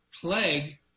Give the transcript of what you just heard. plague